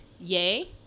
yay